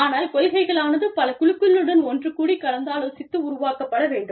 ஆனால் கொள்கைகளானது பல குழுக்களுடன் ஒன்று கூடிக் கலந்தாலோசித்து உருவாக்கப்பட வேண்டும்